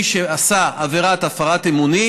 מי שעשה עבירת הפרת אמונים,